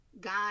God